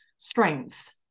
strengths